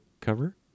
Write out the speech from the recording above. cover